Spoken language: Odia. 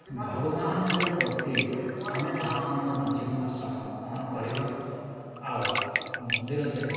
ଭଗବାନଙ୍କ ପ୍ରତି ଆମ ଆତ୍ମା ଆମ ଜୀବନ ସମାପଣ କରିବା ଆଉ ମନ୍ଦିର ଯାଏ